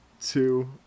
two